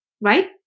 right